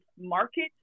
market